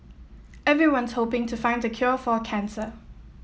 everyone's hoping to find the cure for cancer